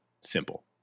simple